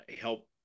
help